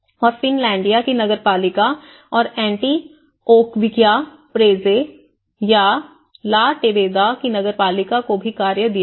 और फ़िनलैंडिया की नगरपालिका और एंटिओक्विया प्रेज़े ला टेबेदा की नगरपालिका को भी कार्य दिया गया